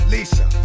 Lisa